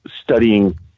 studying